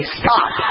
stop